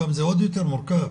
שם זה עוד יותר מורכב.